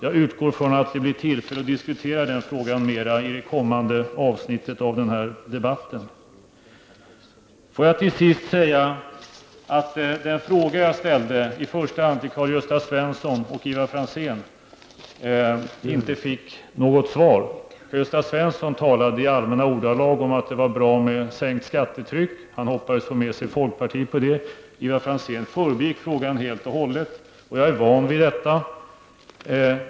Jag utgår från att det blir tillfälle att diskutera den frågan mera i det kommande avsnittet i den här debatten. Får jag till sist säga att den fråga jag ställde, i första hand till Karl-Gösta Svenson och Ivar Franzén, inte fick något svar. Karl-Gösta Svenson talade i allmänna ordalag om att det var bra med sänkt skattetryck. Han hoppades få med sig folkpartiet på det. Ivar Franzén förebigick frågan helt och hållet. Och jag är van vid detta.